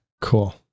cool